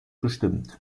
bestimmt